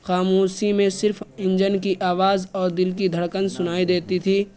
خاموشی میں صرف انجن کی آواز اور دل کی دھڑکن سنائی دیتی تھی